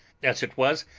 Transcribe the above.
as it was,